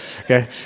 Okay